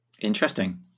Interesting